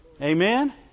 amen